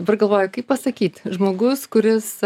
dabar galvoju kaip pasakyt žmogus kuris